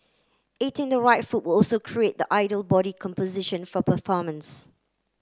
eating the right food will also create the ideal body composition for performance